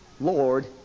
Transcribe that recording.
Lord